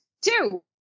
Two